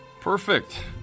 Perfect